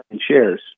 shares